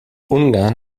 ungarn